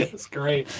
it's great.